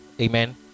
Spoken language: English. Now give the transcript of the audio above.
amen